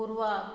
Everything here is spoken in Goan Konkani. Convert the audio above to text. पुर्वाक